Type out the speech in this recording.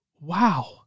Wow